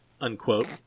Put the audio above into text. unquote